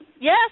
Yes